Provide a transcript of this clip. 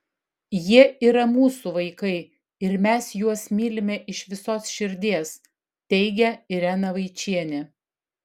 jie yra mūsų vaikai ir mes juos mylime iš visos širdies teigia irena vaičienė